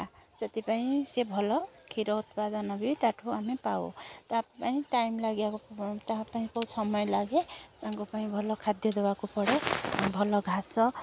ସେଥିପାଇଁ ସେ ଭଲ କ୍ଷୀର ଉତ୍ପାଦନ ବି ତା' ଠୁ ଆମେ ପାଉ ତା' ପାଇଁ ଟାଇମ୍ ଲାଗିବାକୁ ତାହା ପାଇଁ ସମୟ ଲାଗେ ତାଙ୍କ ପାଇଁ ଭଲ ଖାଦ୍ୟ ଦେବାକୁ ପଡ଼େ ଆଉ ଭଲ ଘାସ